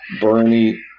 Bernie